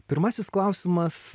pirmasis klausimas